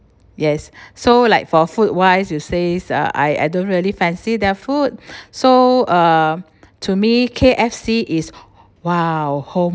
yes so like for food wise you says uh I I don't really fancy their food so uh to me K_F_C is !wow! home